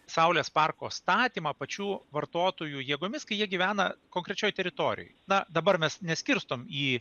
saulės parko statymą pačių vartotojų jėgomis kai jie gyvena konkrečioj teritorijoj na dabar mes neskirstom į